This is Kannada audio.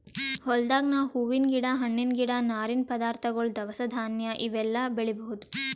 ಹೊಲ್ದಾಗ್ ನಾವ್ ಹೂವಿನ್ ಗಿಡ ಹಣ್ಣಿನ್ ಗಿಡ ನಾರಿನ್ ಪದಾರ್ಥಗೊಳ್ ದವಸ ಧಾನ್ಯ ಇವೆಲ್ಲಾ ಬೆಳಿಬಹುದ್